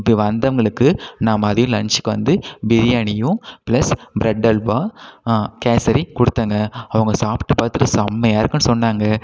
இப்போ வந்தவங்களுக்கு நான் மதியம் லன்ச்சுக்கு வந்து பிரியாணியும் ப்ளஸ் ப்ரெட் அல்வா கேசரி கொடுத்தேங்க அவங்க சாப்பிட்டு பார்த்துட்டு செம்மையாக இருக்குன்னு சொன்னாங்க